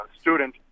student